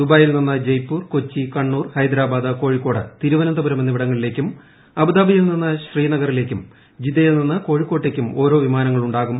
ദുബായിൽ നിന്ന് ജയ്പൂർ കൊച്ചി കണ്ണൂർ ഹൈദരാബാദ് കോഴിക്കോട് തിരുവനന്തപരും എന്നിവിടങ്ങളിലേക്കും അബുദാബിയിൽ നിന്ന് ശ്രീനഗറിലേക്കും ജിദ്ദയിൽ നിന്ന് കോഴിക്കോട്ടേക്കും ഓരോ വിമാനങ്ങളുണ്ടാകും